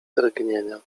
drgnienia